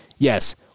Yes